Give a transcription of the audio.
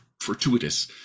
fortuitous